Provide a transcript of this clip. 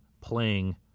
playing